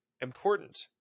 important